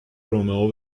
رومئو